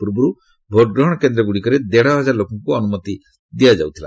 ପୂର୍ବରୁ ଭୋଟ୍ଗ୍ରହଣ କେନ୍ଦ୍ର ଗୁଡ଼ିକରେ ଦେଢ଼ହଜାର ଲୋକଙ୍କୁ ଅନୁମତି ଦିଆଯାଉଥିଲା